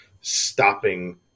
stopping